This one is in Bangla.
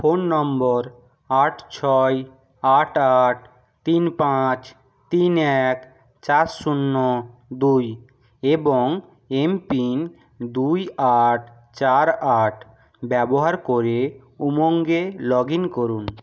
ফোন নম্বর আট ছয় আট আট তিন পাঁচ তিন এক চার শূন্য দুই এবং এম পিন দুই আট চার আট ব্যবহার করে উমঙ্গে লগ ইন করুন